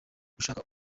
gushaka